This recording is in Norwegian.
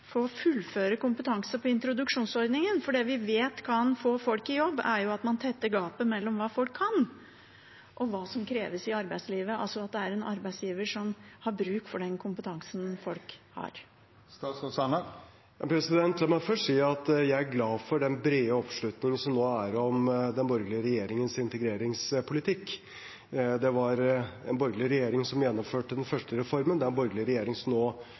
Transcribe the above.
folk få fullføre kompetanse på introduksjonsordningen. For vi vet at det som kan få folk i jobb, er at man tetter gapet mellom hva folk kan, og hva som kreves i arbeidslivet, altså at det er en arbeidsgiver som har bruk for den kompetansen folk har. La meg først si at jeg er glad for den brede oppslutningen som nå er om den borgerlige regjeringens integreringspolitikk. Det var en borgerlig regjering som gjennomførte den første reformen, og det er en borgerlig regjering